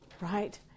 Right